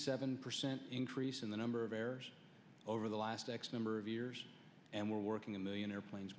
seven percent increase in the number of errors over the last x number of years and we're working a million airplanes